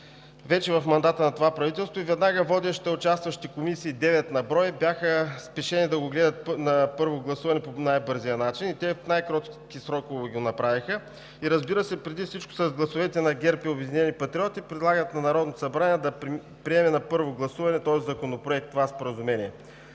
вече в мандата на това правителство и веднага водеща и участващи комисии – девет на брой, бяха спешени да го гледат на първо гласуване по най-бързия начин. Те в най-кратки срокове го направиха и, разбира се, преди всичко с гласовете на ГЕРБ и „Обединени патриоти“ предлагат на Народното събрание да приеме на първо гласуване този законопроект, това споразумение.